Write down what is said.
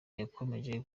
yakomeje